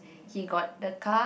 he got the car